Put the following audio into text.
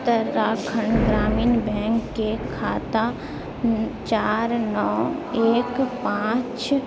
उत्तराखंड ग्रामीण बैंक के खाता चार नओ एक पाँच